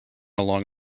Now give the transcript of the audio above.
along